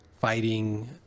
fighting